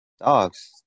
dogs